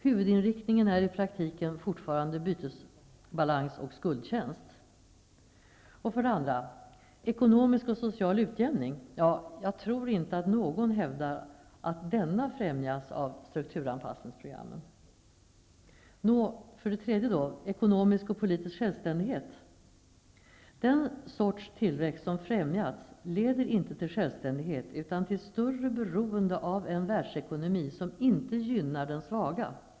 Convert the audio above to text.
Huvudinriktningen är i praktiken fortfarande bytesbalans och skuldtjänst. Det andra målet rör ekonomisk och social utjämning. Jag tror inte att någon hävdar att denna främjas av strukturanpassningsprogrammen. För det tredje gäller det ekonomisk och politisk självständighet. Den sorts tillväxt som främjats leder inte till självständighet utan till större beroende av en världsekonomi som inte gynnar den svaga.